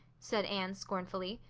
said anne scornfully.